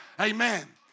Amen